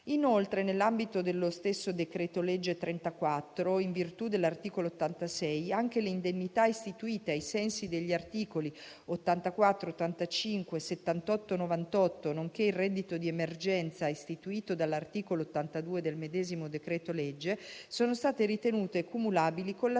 Inoltre, nell'ambito dello stesso decreto-legge n. 34, in virtù dell'articolo 86, anche le indennità istituite ai sensi degli articoli 84, 85, 78 e 98, nonché il reddito di emergenza istituito dall'articolo 82 del medesimo decreto-legge, sono state ritenute cumulabili con